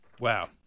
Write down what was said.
Wow